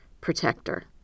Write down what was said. protector